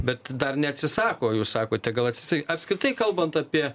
bet dar neatsisako jūs sakote gal atsi apskritai kalbant apie